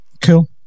Cool